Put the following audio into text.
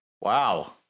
wow